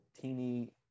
teeny